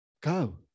Go